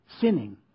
sinning